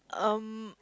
um